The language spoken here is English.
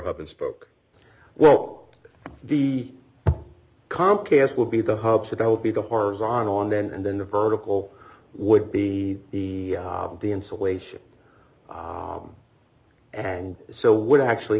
up and spoke well the comcast would be the hub so that would be the horizontal and then and then the vertical would be the insulation and so what actually